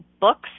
books